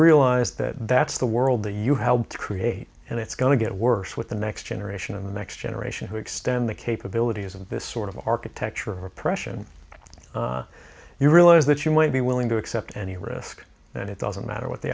realize that that's the world the you helped create and it's going to get worse with the next generation of the next generation who extend the capabilities of this sort of architecture of oppression you realize that you might be willing to accept any risk and it doesn't matter what the